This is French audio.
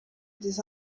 des